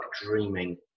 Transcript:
dreaming